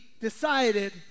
decided